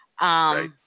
Right